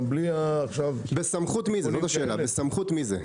בסמכות מי זה?